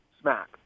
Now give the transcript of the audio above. smack